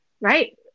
Right